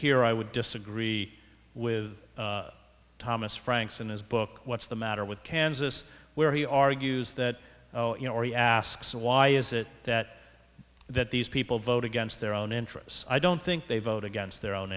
here i would disagree with thomas franks in his book what's the matter with kansas where he argues that you know he asks why is it that that these people vote against their own interests i don't think they vote against their own